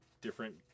different